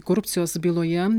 korupcijos byloje